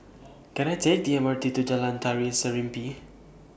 Can I Take The M R T to Jalan Tari Serimpi